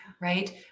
right